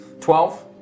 Twelve